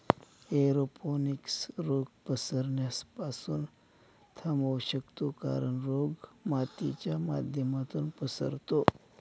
aeroponics रोग पसरण्यास पासून थांबवू शकतो कारण, रोग मातीच्या माध्यमातून पसरतो